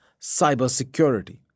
cybersecurity